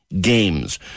games